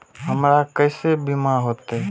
हमरा केसे बीमा होते?